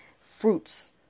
fruits